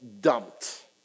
dumped